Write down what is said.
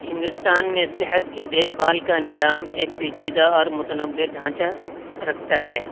ہندوستان میں صحت کی دیکھ بھال کا نظام ایک پیچیدہ اور متنوع ڈھانچہ رکھتا ہے